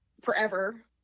forever